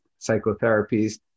psychotherapies